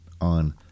on